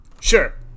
Sure